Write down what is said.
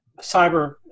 cyber